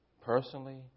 personally